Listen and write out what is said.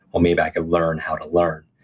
well maybe i can learn how to learn.